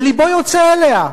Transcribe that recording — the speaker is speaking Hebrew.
ולבו יוצא אליה,